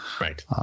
Right